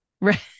right